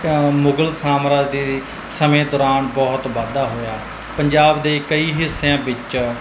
ਮੁਗਲ ਸਾਮਰਾਜ ਦੀ ਸਮੇਂ ਦੌਰਾਨ ਬਹੁਤ ਵਾਧਾ ਹੋਇਆ ਪੰਜਾਬ ਦੇ ਕਈ ਹਿੱਸਿਆਂ ਵਿੱਚ